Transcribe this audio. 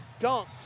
dunks